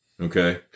Okay